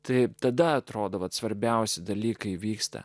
taip tada atrodo kad svarbiausi dalykai vyksta